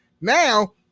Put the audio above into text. Now